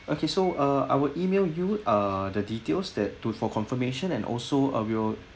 okay so uh I will email you ah the details that to for confirmation and also ah we will